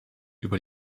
über